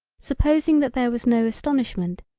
supposing that there was no astonishment,